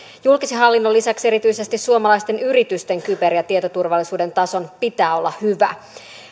julkisen hallinnon lisäksi erityisesti suomalaisten yritysten kyber ja tietoturvallisuuden tason pitää olla hyvä